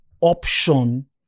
Option